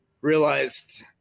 realized